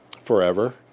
Forever